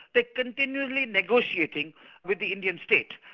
they're continually negotiating with the indian state,